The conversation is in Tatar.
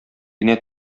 генә